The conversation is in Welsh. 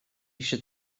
eisiau